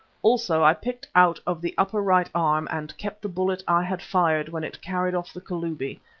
also i picked out of the upper right arm, and kept the bullet i had fired when it carried off the kalubi.